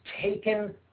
taken